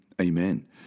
Amen